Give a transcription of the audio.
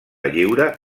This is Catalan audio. lliure